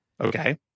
Okay